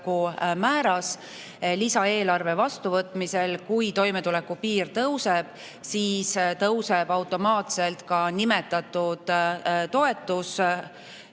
Lisaeelarve vastuvõtmisel, kui toimetulekupiir tõuseb, tõuseb automaatselt ka nimetatud toetus